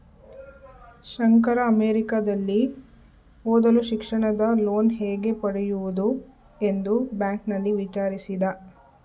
ಶಂಕರ ಅಮೆರಿಕದಲ್ಲಿ ಓದಲು ಶಿಕ್ಷಣದ ಲೋನ್ ಹೇಗೆ ಪಡೆಯುವುದು ಎಂದು ಬ್ಯಾಂಕ್ನಲ್ಲಿ ವಿಚಾರಿಸಿದ